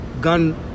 gun